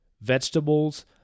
vegetables